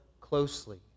closely